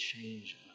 change